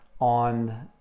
on